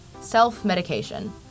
self-medication